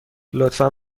لطفا